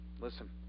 Listen